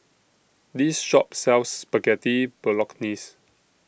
This Shop sells Spaghetti Bolognese